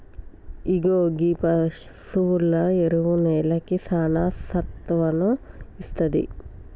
ఇగో గీ పసువుల ఎరువు నేలకి సానా సత్తువను ఇస్తాది